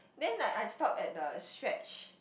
then I I stop at the stretch